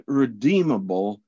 redeemable